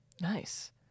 Nice